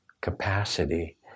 capacity